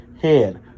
head